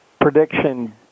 Prediction